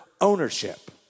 ownership